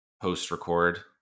post-record